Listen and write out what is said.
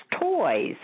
toys